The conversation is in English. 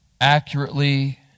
accurately